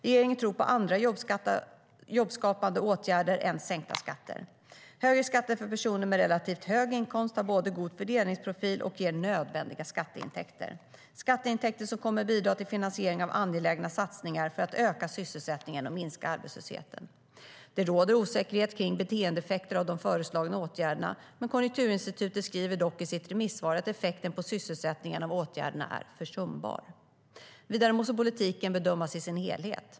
Regeringen tror på andra jobbskapande åtgärder än sänkta skatter. Högre skatter för personer med relativt hög inkomst har både en god fördelningsprofil och ger nödvändiga skatteintäkter. Det är skatteintäkter som kommer att bidra till finansieringen av angelägna satsningar för att öka sysselsättningen och minska arbetslösheten. Det råder osäkerhet kring beteendeeffekter av de föreslagna åtgärderna. Konjunkturinstitutet skriver dock i sitt remissvar att effekten på sysselsättningen av åtgärderna är försumbar. Vidare måste politiken bedömas i sin helhet.